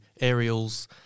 aerials